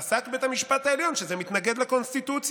פסק בית המשפט העליון שזה מתנגד לקונסטיטוציה.